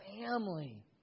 family